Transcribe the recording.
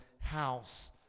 house